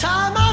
Time